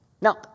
Now